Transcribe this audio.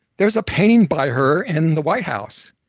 there's a painting by her in the white house.